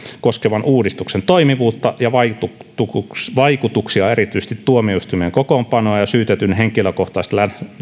koskevan uudistuksen toimivuutta ja vaikutuksia erityisesti tuomioistuimien kokoonpanoa ja syytetyn henkilökohtaista